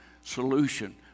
solution